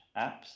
apps